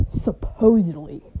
supposedly